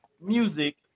music